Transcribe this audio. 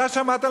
אתה שמעת,